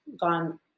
gone